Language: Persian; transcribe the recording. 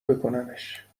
بکننش